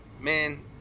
man